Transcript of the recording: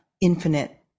infinite